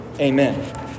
Amen